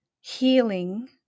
healing